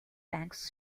banks